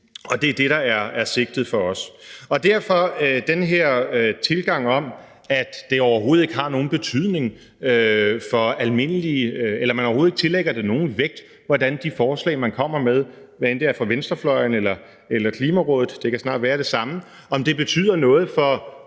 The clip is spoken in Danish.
og det er det, der er sigtet for os. Derfor accepterer vi overhovedet ikke den præmis om, at man overhovedet ikke tillægger det nogen vægt, hvordan de forslag, man kommer med, hvad enten det er fra venstrefløjen eller Klimarådet – det kan snart være det samme – betyder noget for